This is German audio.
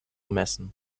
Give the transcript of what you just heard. messen